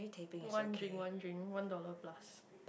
wondering wondering one dollar plus